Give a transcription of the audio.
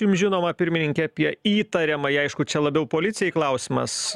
jums žinoma pirmininke apie įtariamąjį aišku čia labiau policijai klausimas